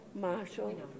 Marshall